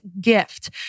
gift